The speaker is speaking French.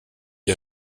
est